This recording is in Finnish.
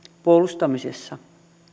puolustamisessa